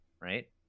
right